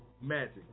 Magic